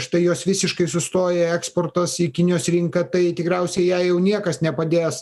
štai jos visiškai sustoja eksportas į kinijos rinką tai tikriausiai jai jau niekas nepadės